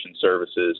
services